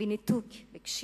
בניתוק רגשי.